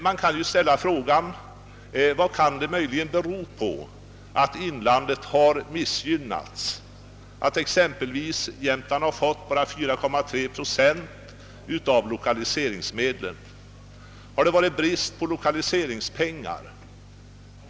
Man kan ställa frågan: Vad kan det möjligen bero på att inlandet har missgynnats, att exempelvis Jämtland fått bara 4,3 procent av lokaliseringsmedlen? Har det rått brist på lokaliseringspengar?